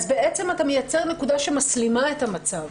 אתה מייצר נקודה שמסלימה את המצב.